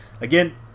Again